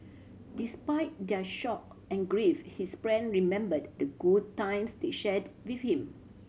despite their shock and grief his friend remembered the good times they shared with him